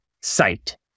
sight